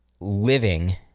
living